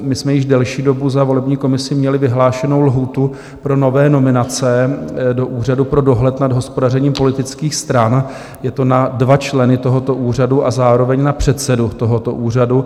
My jsme již delší dobu za volební komisi měli vyhlášenou lhůtu pro nové nominace do Úřadu pro dohled nad hospodařením politických stran, je to na dva členy tohoto úřadu a zároveň na předsedu tohoto úřadu.